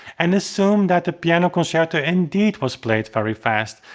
and assume that the pianoconcerti indeed was played very fast.